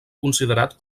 considerat